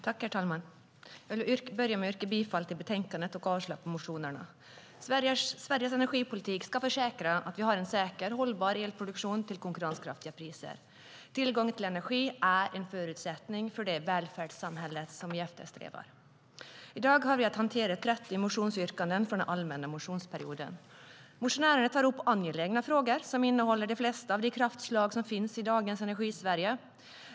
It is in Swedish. Herr talman! Jag vill börja med att yrka bifall till förslaget i betänkandet och avslag på motionerna. Sveriges energipolitik ska försäkra att vi har en säker och hållbar elproduktion till konkurrenskraftiga priser. Tillgång till energi är en förutsättning för det välfärdsamhälle vi eftersträvar. I dag har vi att hantera 30 motionsyrkanden från den allmänna motionsperioden. Motionärerna tar upp angelägna frågor som innehåller de flesta av de kraftslag som finns i dagens Energisverige.